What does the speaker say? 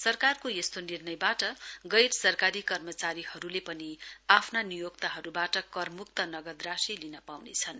सरकारको यस्तो निर्णयवाट गैर सरकारी कर्मचारीहरुले पनि आफ्ना नियोक्ताहरुबाट करमुक्त नगद राशि लिन पाउनेछन्